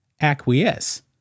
acquiesce